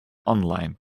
online